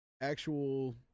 actual